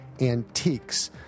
antiques